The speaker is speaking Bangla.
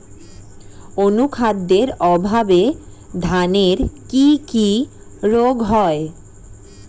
অনুখাদ্যের অভাবে ধানের কি কি রোগ হয়?